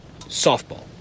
Softball